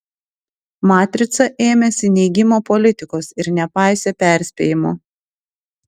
matrica ėmėsi neigimo politikos ir nepaisė perspėjimo